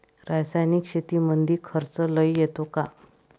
रासायनिक शेतीमंदी खर्च लई येतो का?